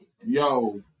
Yo